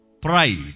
Pride